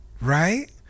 Right